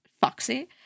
foxy